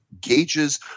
gauges –